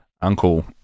Uncle